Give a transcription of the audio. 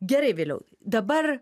gerai viliau dabar